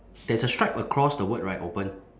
there's a strike across the word right open